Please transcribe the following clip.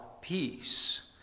peace